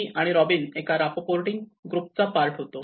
मी आणि रॉबिन एका रापपोर्टेउरिंग ग्रुपचा पार्ट होतो